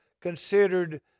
considered